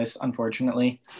unfortunately